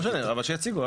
לא משנה, אבל שיציגו.